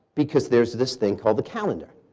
because there's this thing called the calendar.